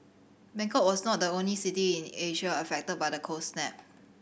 Bangkok was not the only city in Asia affected by the cold snap